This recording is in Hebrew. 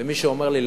למי שאומר לי,